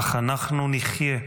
אך אנחנו נחיה,